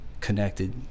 connected